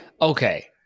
Okay